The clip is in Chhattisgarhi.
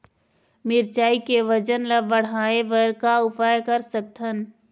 मिरचई के वजन ला बढ़ाएं बर का उपाय कर सकथन?